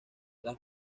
las